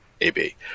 AB